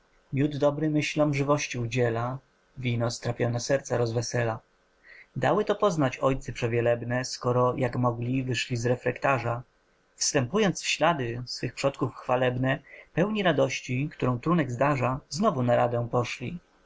miód dobry myślom żywości udziela wino strapione serca rozwesela dali to poznać ojcy przewielebne skoro jak mogli wyszli z refektarza wstępując w ślady swych przodków chwalebne pełni radości którą trunek zdarza znowu na radę poszli